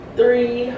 Three